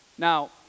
Now